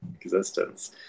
existence